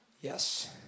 Yes